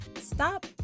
stop